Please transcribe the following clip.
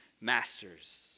masters